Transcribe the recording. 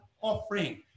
offering